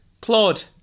Claude